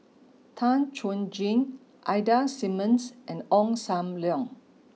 Tan Chuan Jin Ida Simmons and Ong Sam Leong